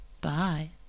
Bye